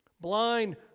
Blind